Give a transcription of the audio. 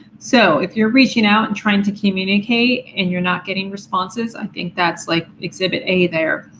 so if you're reaching out and trying to communicate and you're not getting responses, i think that's like exhibit a there.